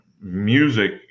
music